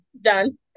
Done